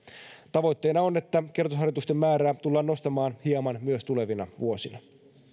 tavoitteena on että kertausharjoitusten määrää tullaan nostamaan hieman myös tulevina vuosina